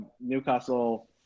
Newcastle